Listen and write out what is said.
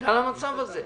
בגלל המצב הזה.